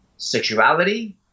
sexuality